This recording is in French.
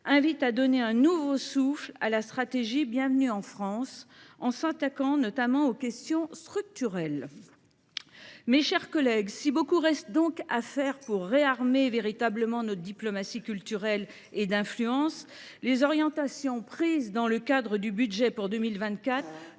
invite à donner un nouveau souffle à la stratégie Bienvenue en France, en s’attaquant aux questions structurelles. Si beaucoup reste à faire pour réarmer véritablement notre diplomatie culturelle et d’influence, les orientations prises dans le cadre du budget pour 2024